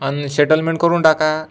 आणि शेटलमेंट करून टाका